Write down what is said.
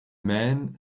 man